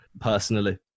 personally